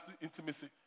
intimacy